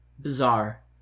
bizarre